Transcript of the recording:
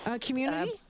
community